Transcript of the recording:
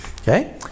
Okay